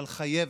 אבל חייבת,